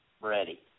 Ready